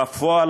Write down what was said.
בפועל,